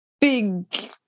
big